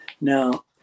Now